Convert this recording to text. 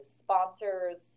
sponsors